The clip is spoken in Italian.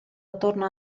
attorno